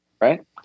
right